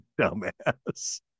dumbass